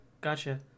gotcha